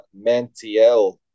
mantiel